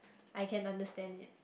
I can understand it